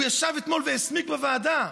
הוא ישב אתמול והסמיק בוועדה,